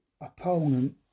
opponent